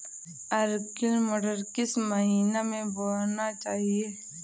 Arkel मटर किस महीना में बोना चाहिए?